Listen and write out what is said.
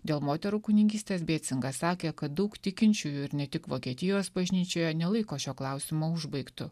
dėl moterų kunigystės bėcingas sakė kad daug tikinčiųjų ir ne tik vokietijos bažnyčioje nelaiko šio klausimo užbaigtu